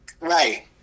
Right